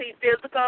physical